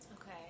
Okay